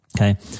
Okay